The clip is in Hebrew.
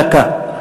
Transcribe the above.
דקה.